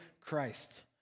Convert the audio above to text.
Christ